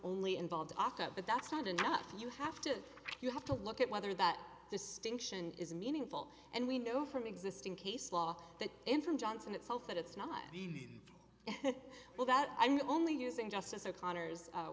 only involved off but that's not enough you have to you have to look at whether that distinction is meaningful and we know from existing case law that in from johnson itself that it's not well that i'm the only using justice o'connor's